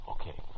Okay